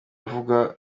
avugwaho